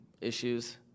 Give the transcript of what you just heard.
issues